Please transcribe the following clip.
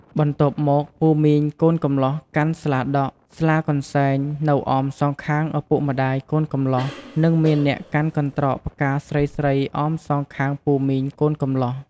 បន្ទាប់មកពូមីងកូនកំលោះកាន់ស្លាដក់ ស្លាកន្សែងនៅអមសងខាងឪពុកម្តាយកូនកំលោះ និងមានអ្នកកាន់កន្ត្រកផ្កាស្រីៗអមសងខាងពូមីងកូនកំលោះ។